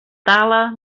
tala